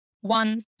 one